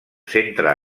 centre